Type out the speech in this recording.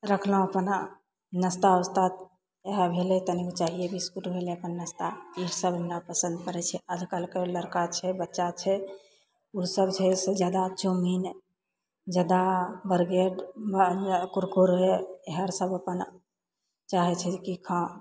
रखलहुँ अपन नास्ता उस्ता इएह भेलय तनी चाइए बिस्कुट भेलय अपन नास्ता ई सब हमरा पसन्द पड़य छै आजकलके लड़िका छै बच्चा छै उ सब छै से जादा चाउमीन जादा बरगेड कुरकुरे इएह अर सब अपन चाहय छै जेकि खाउ